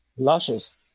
luscious